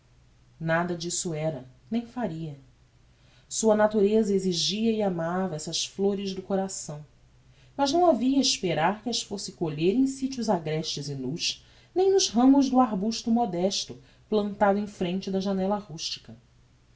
nada disso era nem faria sua natureza exigia e amava essas flores do coração mas não havia esperar que as fosse colher em sitios agrestes e nus nem nos ramos do arbusto modesto plantado em frente de janella rustica